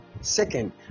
Second